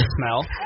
smell